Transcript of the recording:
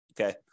Okay